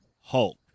Hulk